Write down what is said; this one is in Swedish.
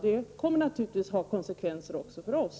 Det kommer naturligtvis också att ha konsekvenser för oss.